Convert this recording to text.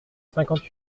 cinquante